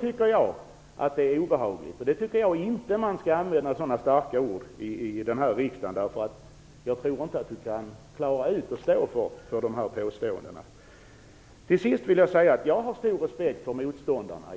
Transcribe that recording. tycker jag att det är obehagligt. Jag anser inte att man skall använda sådana starka ord här i kammaren. Jag tror inte att Elisa Abascal Reyes kan klara ut och stå för dessa påståenden. Till sist vill jag säga att jag har stor respekt för motståndarna.